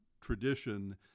tradition